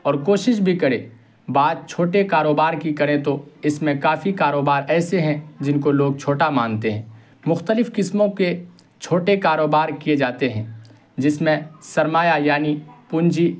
اور کوشش بھی کرے بات چھوٹے کاروبار کی کریں تو اس میں کافی کاروبار ایسے ہیں جن کو لوگ چھوٹا مانتے ہیں مختلف قسموں کے چھوٹے کاروبار کیے جاتے ہیں جس میں سرمایہ یعنی پونجی